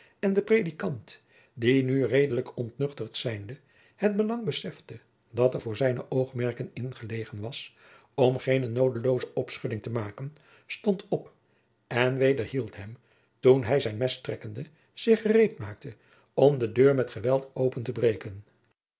en de predikant die nu redelijk ontnuchterd zijnde het belang besefte dat er voor zijne oogmerken in gelegen was om geene noodelooze opschudding te maken stond op en wederhield hem toen hij zijn mes trekkende zich gereed maakte om de deur met geweld open te breken